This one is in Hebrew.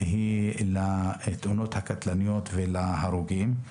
היא בתאונות הקטלניות וההרוגים.